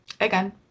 again